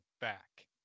back